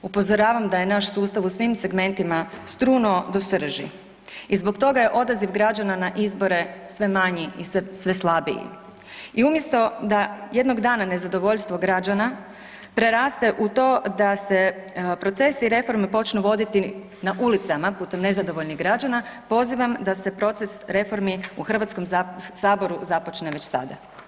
Upozoravam da je naš sustav u svim segmentima strunuo do srži i zbog toga je odaziv građana na izbore sve manji i sve slabiji i umjesto da jednog dana nezadovoljstvo građana preraste u to da se procesi i reforme počnu voditi na ulicama putem nezadovoljnih građana, pozivam da se proces reformi u HS započne već sada.